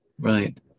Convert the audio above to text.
right